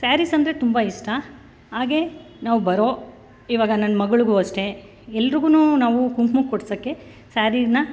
ಸ್ಯಾರೀಸೆಂದ್ರೆ ತುಂಬ ಇಷ್ಟ ಹಾಗೆ ನಾವು ಬರೋ ಇವಾಗ ನನ್ನ ಮಗಳಿಗೂ ಅಷ್ಟೇ ಎಲ್ರಿಗೂ ನಾವು ಕುಂಕುಮಕ್ಕೆ ಕೊಡ್ಸೋಕ್ಕೆ ಸ್ಯಾರೀನ